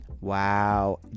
Wow